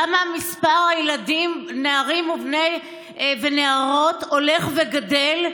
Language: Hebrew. למה מספר הילדים, נערים ונערות, הולך וגדל,